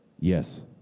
Yes